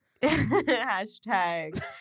Hashtag